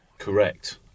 Correct